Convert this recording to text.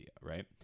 right